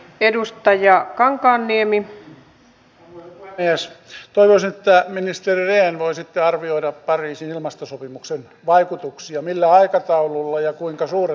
olemme tottuneet siihen että ministeriöön voisitte arvioida pariisin ilmastosopimuksen vaikutuksia millä aikataululla ja kuinka suuri